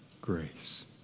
grace